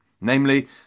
Namely